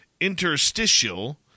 interstitial